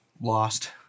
lost